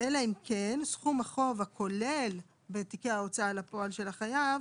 אלא אם כן סכום החוב הכולל בתיקי ההוצאה לפועל של החייב